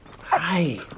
Hi